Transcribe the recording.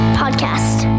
podcast